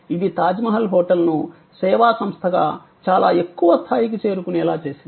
ఇది తాజ్మహల్ హోటల్ను సేవా సంస్థగా చాలా ఎక్కువ స్థాయికి చేరుకునేలా చేసింది